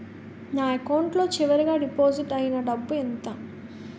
నా అకౌంట్ లో చివరిగా డిపాజిట్ ఐనా డబ్బు ఎంత?